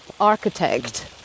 architect